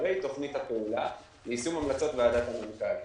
עיקרי תוכנית הפעולה ויישום המלצות ועדת המנכ"לים.